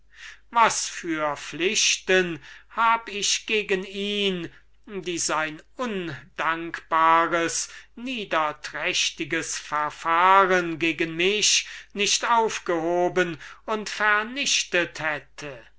was für pflichten hab ich gegen ihn welche sein undankbares niederträchtiges verfahren gegen mich nicht aufgehoben und vernichtet hätte